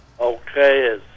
Okay